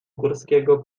górskiego